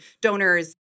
donors